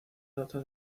data